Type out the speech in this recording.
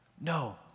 No